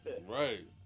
Right